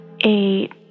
eight